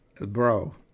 bro